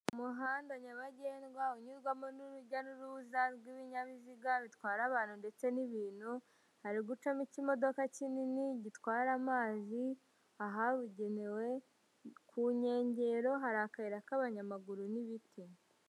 Umuhanda nyabagendwa unyurwamo n'urujya n'uruza rw'ibinyabiziga bitwara abantu ndetse n'ibintu, hari gucamo iki modoka kinini gitwara amazi ahabugenewe, ku nkengero hari akayira k'abanyamaguru n'ibiti.